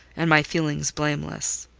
and my feelings blameless.